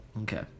Okay